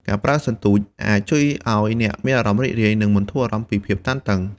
ការប្រើសន្ទូចអាចជួយឲ្យអ្នកមានអារម្មណ៍រីករាយ និងបន្ធូរអារម្មណ៍ពីភាពតានតឹង។